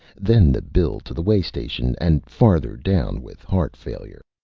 then the bill to the way station, and father down with heart failure.